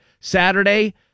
Saturday